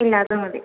ഇല്ല അതു മതി